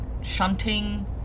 shunting